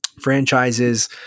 franchises